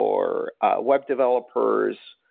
or web developers,